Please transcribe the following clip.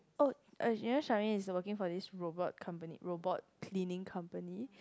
oh uh you know Charmaine is working for this robot company robot cleaning company